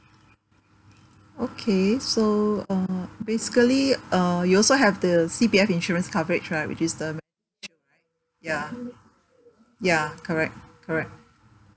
okay so uh basically uh you also have the C_P_F insurance coverage right which is the right ya ya correct correct